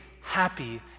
happy